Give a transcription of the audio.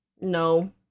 No